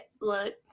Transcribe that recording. look